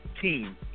team